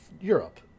Europe